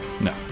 no